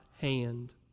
hand